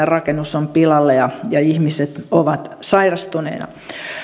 rakennus on pilalla ja ja ihmiset ovat sairastuneina